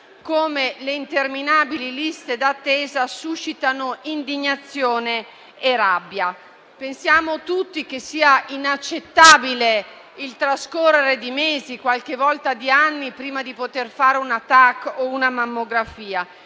come le interminabili liste d'attesa, suscitano indignazione e rabbia. Pensiamo tutti che sia inaccettabile il trascorrere di mesi, qualche volta di anni, prima di poter fare una TAC o una mammografia.